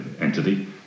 entity